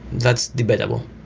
that's debatable.